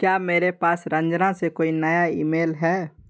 क्या मेरे पास रंजना से कोई नया ईमेल है